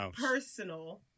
personal